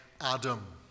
Adam